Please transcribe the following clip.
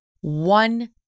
one